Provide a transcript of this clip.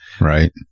Right